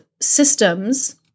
systems